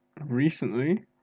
Recently